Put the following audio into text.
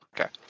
Okay